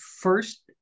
first